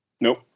Nope